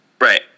Right